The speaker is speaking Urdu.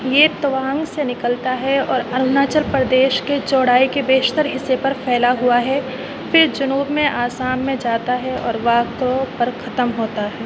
یہ توانگ سے نکلتا ہے اور اروناچل پردیش کے چوڑائی کے بیشتر حصے پر پھیلا ہوا ہے پھر جنوب میں آسام میں جاتا ہے اور واکرو پر ختم ہوتا ہے